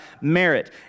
merit